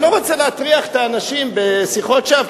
אני לא רוצה להטריח את האנשים בשיחות שווא,